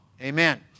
Amen